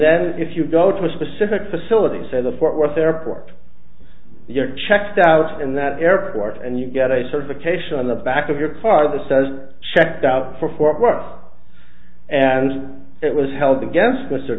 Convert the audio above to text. then if you go to a specific facility say the fort worth airport your checked out in that airport and you get a certification on the back of your car the says checked out for four bucks and it was held against